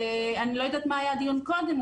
אני לא יודעת מה היה בדיון קודם,